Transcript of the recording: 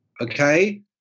Okay